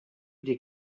des